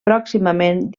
pròximament